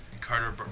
Carter